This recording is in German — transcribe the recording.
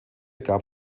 gab